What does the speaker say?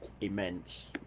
immense